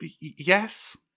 Yes